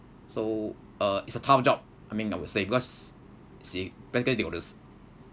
so uh it's a tough job I mean I would say because she